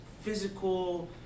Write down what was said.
physical